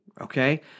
okay